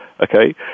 Okay